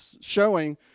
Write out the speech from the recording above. showing